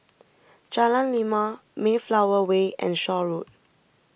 Jalan Lima Mayflower Way and Shaw Road